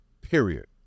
Period